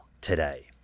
today